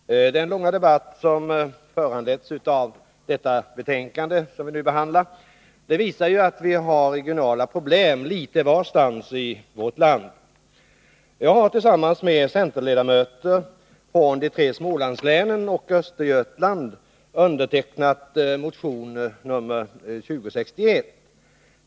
Herr talman! Den långa debatt som föranletts av det betänkande som vi nu behandlar visar ju att vi har regionala problem litet varstans i vårt land. Jag har tillsammans med centerledamöter från de tre Smålandslänen och Östergötland undertecknat motion nr 2061.